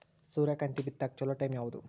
ಸೂರ್ಯಕಾಂತಿ ಬಿತ್ತಕ ಚೋಲೊ ಟೈಂ ಯಾವುದು?